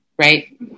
right